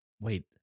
Wait